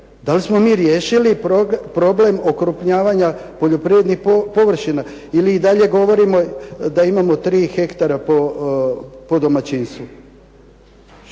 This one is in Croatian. Da li smo mi riješili problem okrupnjavanja poljoprivrednih površina ili i dalje govorimo da imamo 3 ha po domaćinstvu?